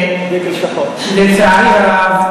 מצביעים.